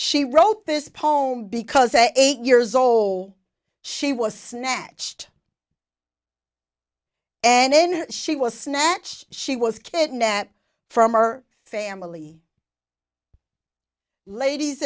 she wrote this poem because a eight years old she was snatched and then she was snatched she was kidnapped from our family ladies